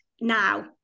now